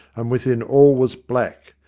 and within all was black,